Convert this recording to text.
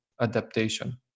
adaptation